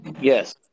Yes